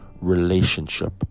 Relationship